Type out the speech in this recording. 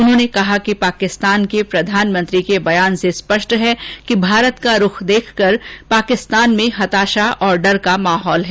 उन्होंने कहा कि पाकिस्तान के प्रधानमंत्री के बयान से स्पष्ट है कि भारत का रूख देखकर पाकिस्तान में हताशा और डर का माहौल है